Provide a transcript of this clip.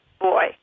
boy